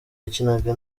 yakinaga